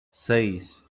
seis